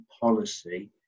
policy